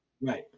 Right